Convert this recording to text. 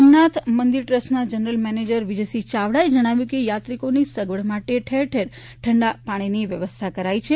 સોમનાથ મંદિર ટ્રસ્ટના general manager Vijaysinh ચાવડાએ જણાવ્યું છે કે યાત્રિકોની સગવડ માટે ઠેરઠેર ઠંડા પાણીની વ્યવસ્થા કરાઇ છે